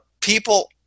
people